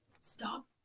Stop